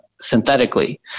synthetically